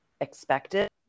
expected